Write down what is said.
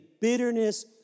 bitterness